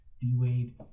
D-Wade